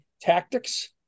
tactics